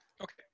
Okay